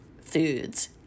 foods